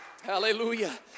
hallelujah